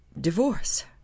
divorce